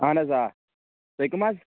اَہن حظ آ تُہۍ کٕم حظ